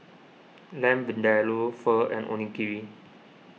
Lamb Vindaloo Pho and Onigiri